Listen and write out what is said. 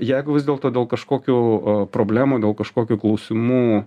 jeigu vis dėlto dėl kažkokių problemų dėl kažkokių klausimų